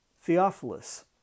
Theophilus